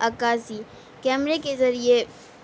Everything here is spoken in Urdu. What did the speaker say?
عکاسی کیمرے کے ذریعے